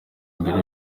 mbere